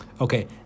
Okay